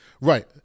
Right